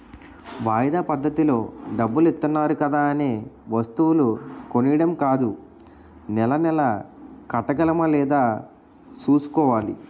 వాయిదా పద్దతిలో డబ్బులిత్తన్నారు కదా అనే వస్తువులు కొనీడం కాదూ నెలా నెలా కట్టగలమా లేదా సూసుకోవాలి